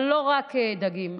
אבל אנחנו לא רק נותנים דגים,